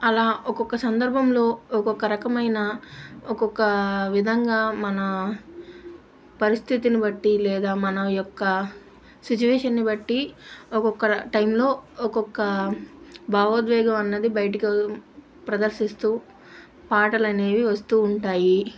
అలా ఒక్కొక్క సందర్భంలో ఒక్కొక్క రకమైన ఒక్కొక్క విధంగా మన పరిస్థితిని బట్టి లేదా మన యొక్క సిచ్యువేషన్ని బట్టి ఒక్కొక్క టైంలో ఒక్కొక్క భావోద్వేగం అన్నది బయటికి ప్రదర్శిస్తూ పాటలనేవి వస్తూ ఉంటాయి